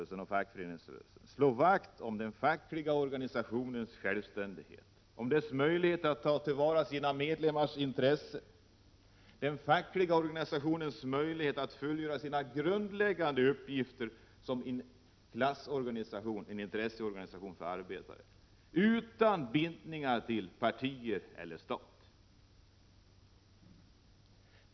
og oas po och fackföreningsrörelsen slå vakt om den fackliga organisationens självständighet, om dess möjlighet att ta till vara sina medlemmars intressen, om dess möjlighet att fullgöra sina grundläggande uppgifter som klassorganisation, intresseorganisation för arbetare — utan bindningar till partier eller stat.